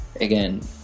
again